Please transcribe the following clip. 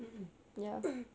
mm mm